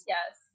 Yes